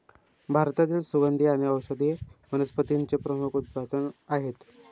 भारतातील सुगंधी आणि औषधी वनस्पतींचे प्रमुख उत्पादक आहेत